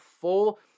full